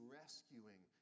rescuing